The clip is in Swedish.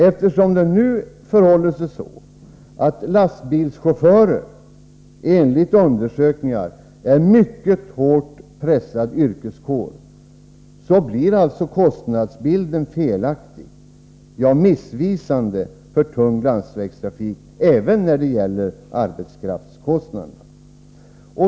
Eftersom det förhåller sig så att lastbilschaufförerna är en mycket hårt pressad yrkeskår blir kostnadsbilden för tung landsvägstrafik felaktig, ja, missvisande även när det gäller arbetskraftskostnaderna.